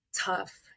tough